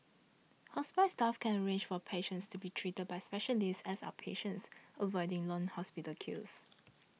hospice staff can arrange for patients to be treated by specialists as outpatients avoiding long hospital queues